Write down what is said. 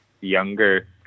younger